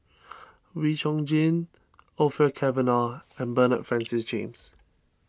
Wee Chong Jin Orfeur Cavenagh and Bernard Francis James